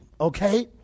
okay